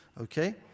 okay